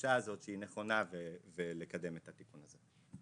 לדרישה הזאת שהיא נכונה ולקדם את התיקון הזה.